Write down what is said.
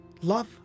Love